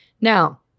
Now